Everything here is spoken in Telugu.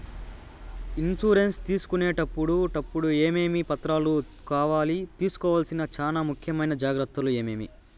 ఇన్సూరెన్సు తీసుకునేటప్పుడు టప్పుడు ఏమేమి పత్రాలు కావాలి? తీసుకోవాల్సిన చానా ముఖ్యమైన జాగ్రత్తలు ఏమేమి?